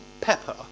pepper